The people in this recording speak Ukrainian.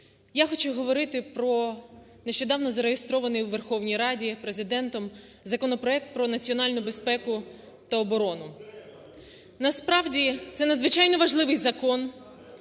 Я хочу говорити про нещодавно зареєстрований у Верховній Раді Президентом законопроект про національну безпеку та оборону. Насправді, це надзвичайно важливий закон,